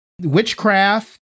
witchcraft